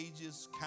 ages